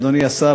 אדוני השר,